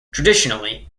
traditionally